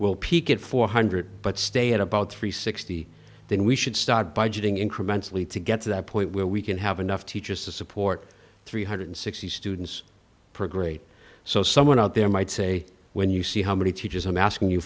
will peak at four hundred but stay at about three sixty then we should start budgeting incrementally to get to that point where we can have enough teachers to support three hundred sixty students per great so someone out there might say when you see how many teachers i'm asking you